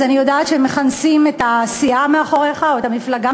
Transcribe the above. אני יודעת שמכנסים את הסיעה מאחוריך או את המפלגה